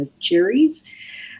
cherries